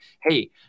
Hey